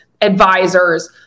advisors